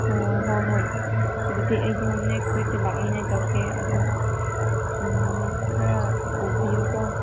ꯑꯣ ꯍꯣꯏ ꯍꯣꯏ ꯑꯗꯨꯗꯤ ꯑꯩꯗꯨ ꯅꯦꯛꯁ ꯋꯤꯛꯇ ꯂꯥꯛꯅꯤꯡꯉꯥꯏ ꯇꯧꯒꯦ ꯑꯗꯨ ꯅꯪ ꯈꯔ ꯄꯨꯕꯤꯌꯣꯀꯣ